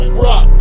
rock